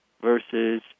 versus